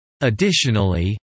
Additionally